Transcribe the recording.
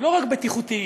לא רק בטיחותיים,